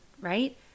right